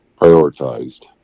prioritized